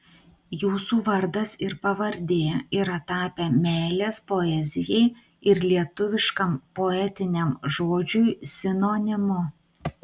jūsų vardas ir pavardė yra tapę meilės poezijai ir lietuviškam poetiniam žodžiui sinonimu